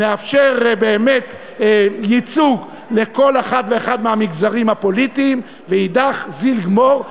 נאפשר באמת ייצוג לכל אחד ואחד מהמגזרים הפוליטיים ואידך זיל גמור,